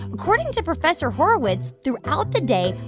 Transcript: according to professor horowitz, throughout the day,